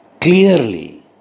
clearly